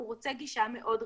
הוא רוצה גישה מאוד ריכוזית.